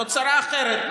זאת שרה אחרת.